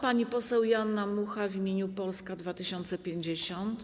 Pani poseł Joanna Mucha w imieniu klubu Polska 2050.